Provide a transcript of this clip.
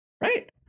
Right